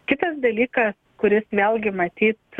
kitas dalykas kuris nėlgi matyt